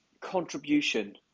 contribution